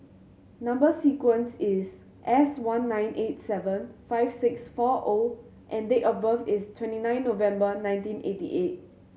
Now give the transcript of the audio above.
number sequence is S one nine eight seven five six four O and date of birth is twenty nine November nineteen eighty eight